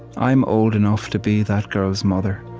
i'm old enough to be that girl's mother,